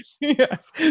Yes